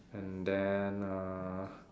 and then uh